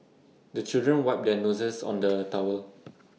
the children wipe their noses on the towel